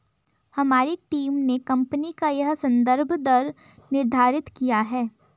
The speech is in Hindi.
हमारी टीम ने कंपनी का यह संदर्भ दर निर्धारित किया है